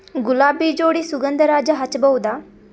ಗುಲಾಬಿ ಜೋಡಿ ಸುಗಂಧರಾಜ ಹಚ್ಬಬಹುದ?